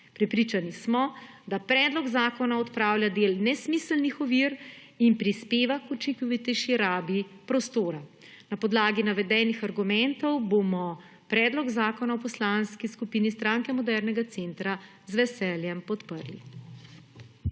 Prepričani smo, da predlog zakona odpravlja del nesmiselnih ovir in prispeva k učinkovitejši rabi prostora. Na podlagi navedenih argumentov bomo predloga zakona v Poslanski skupini Stranke modernega centra z veseljem podprli.